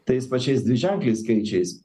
tais pačiais dviženkliais skaičiais